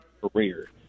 career